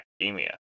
academia